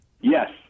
Yes